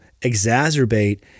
exacerbate